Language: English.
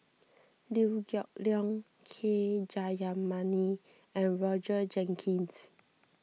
Liew Geok Leong K Jayamani and Roger Jenkins